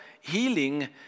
healing